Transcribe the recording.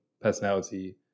personality